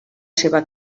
seva